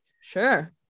sure